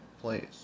place